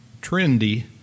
trendy